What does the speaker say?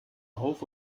auf